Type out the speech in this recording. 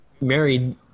married